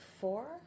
four